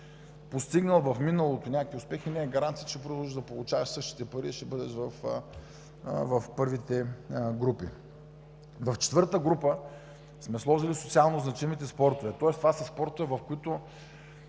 постигнал в миналото някакви успехи, не е гаранция, че ще продължиш да получаваш същите пари и ще бъдеш в първите групи. В четвърта група сме сложили социално значимите спортове. Тоест това са спортове, в които